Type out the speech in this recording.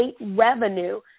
revenue